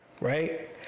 Right